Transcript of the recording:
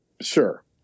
sure